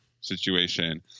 situation